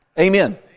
Amen